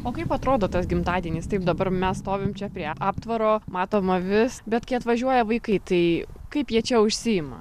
o kaip atrodo tas gimtadienis taip dabar mes stovim čia prie aptvaro matoma vis bet kai atvažiuoja vaikai tai kaip jie čia užsiima